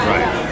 Right